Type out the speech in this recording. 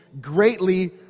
greatly